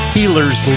Healer's